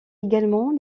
également